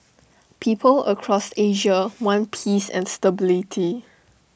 people across Asia want peace and stability